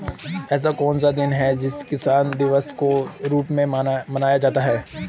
ऐसा कौन सा दिन है जो किसान दिवस के रूप में मनाया जाता है?